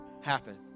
happen